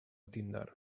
tinder